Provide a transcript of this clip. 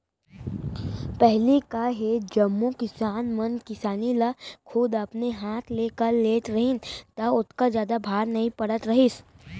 पहिली का हे जम्मो किसान मन किसानी ल खुद अपने हाथ ले कर लेत रहिन त ओतका जादा भार नइ पड़त रहिस